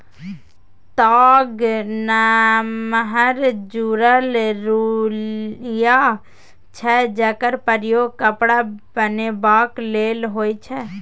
ताग नमहर जुरल रुइया छै जकर प्रयोग कपड़ा बनेबाक लेल होइ छै